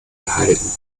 gehalten